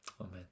amen